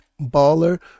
baller